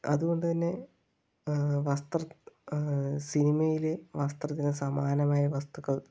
അതുകൊണ്ട് തന്നെ വസ്ത്ര സിനിമയിലെ വസ്ത്രത്തിന് സമാനമായ വസ്തുക്കൾ